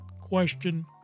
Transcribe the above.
question